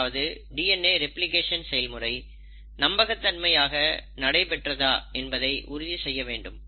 அதாவது DNA replication செயல்முறை நம்பகத்தன்மையாக நடைபெற்றதா என்பதையும் உறுதி செய்ய வேண்டும்